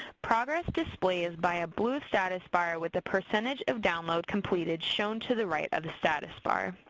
progress displays by a blue status bar with the percentage of download completed shown to the right of the status bar.